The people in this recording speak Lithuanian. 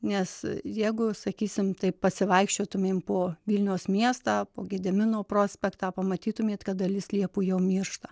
nes jeigu sakysim taip pasivaikščiotumėm po vilniaus miestą po gedimino prospektą pamatytumėt kad dalis liepų jau miršta